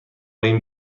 این